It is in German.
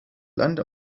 land